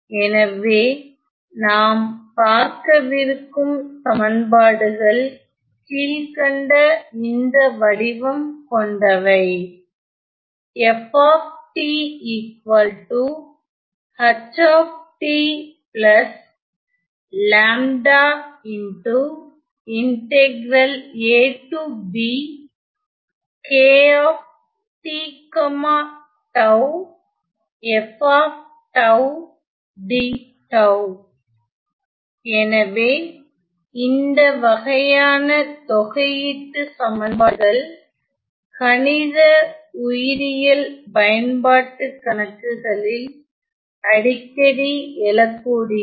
எனவே நாம் பார்க்க விருக்கும் சமன்பாடுகள் கீழ்க்கண்ட இந்த வடிவம் கொண்டவை எனவே இந்த வகையான தொகையீட்டு சமன்பாடுகள் கணித உயிரியல் பயன்பாட்டு கணக்குகளில் அடிக்கடி எழக்கூடியவை